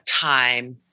time